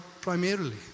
primarily